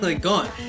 gone